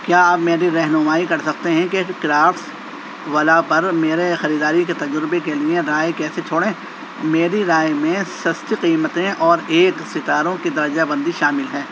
کیا آپ میری رہنمائی کر سکتے ہیں کہ کرافٹس ولا پر میرے خریداری کے تجربے کے لیے رائے کیسے چھوڑیں میری رائے میں سستی قیمتیں اور ایک ستاروں کی درجہ بندی شامل ہے